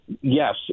Yes